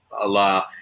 Allah